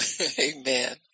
amen